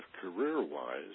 career-wise